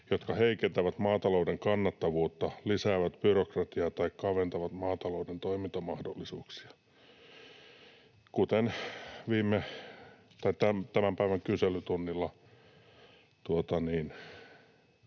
jotka heikentävät maatalouden kannattavuutta, lisäävät byrokratiaa tai kaventavat maatalouden toimintamahdollisuuksia.” Kuten tämän päivän kyselytunnilla